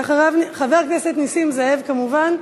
ואחריו, חבר הכנסת נסים זאב, כמובן.